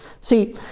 See